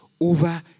over